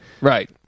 Right